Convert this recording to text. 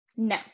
No